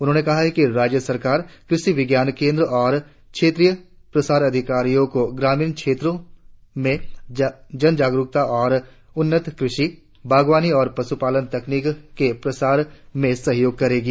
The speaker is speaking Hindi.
उन्होंने कहा कि राज्य सरकार कृषि विज्ञान केंद्रों और क्षेत्रीय प्रसार अधिकारियों को ग्रामीण क्षेत्रों में जनजागरुकता और उन्नत कृषि बागवानी और पशुपालन तकनीकों के प्रसार में सहयोग करेगी